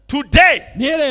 Today